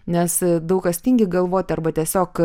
nes daug kas tingi galvoti arba tiesiog